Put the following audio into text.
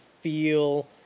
feel